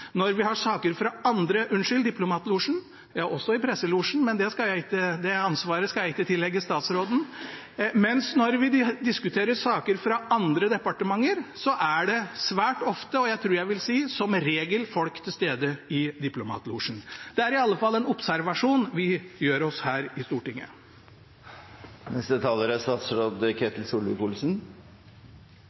når vi diskuterer saker fra andre departementer, er det svært ofte – som regel, tror jeg at jeg vil si – folk til stede i diplomatlosjen. Det er i alle fall en observasjon vi gjør oss her i Stortinget. Da kan jeg jo begynne mitt innlegg med å hilse til alle mine embetsfolk og rådgivere som sitter i departementet og følger denne debatten digitalt. Jeg er